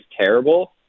terrible